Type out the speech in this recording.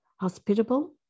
hospitable